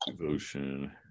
devotion